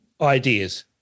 ideas